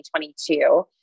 2022